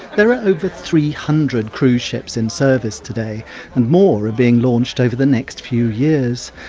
there are over three hundred cruise ships in service today and more are being launched over the next few years,